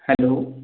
hello